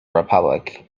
republic